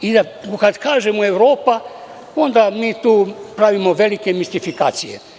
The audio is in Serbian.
Kada kažemo Evropa, onda mi tu pravimo velike mistifikacije.